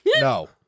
no